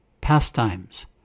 pastimes